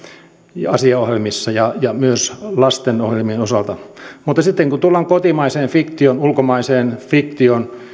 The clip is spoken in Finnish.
ja asiaohjelmissa ja ja myös lastenohjelmien osalta mutta sitten kun tullaan kotimaiseen fiktioon ulkomaiseen fiktioon